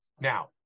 Now